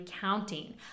counting